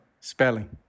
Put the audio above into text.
Spelling